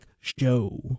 Show